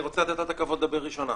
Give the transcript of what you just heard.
אני רוצה לתת לה את הכבוד לדבר ראשונה.